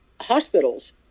hospitals